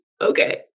okay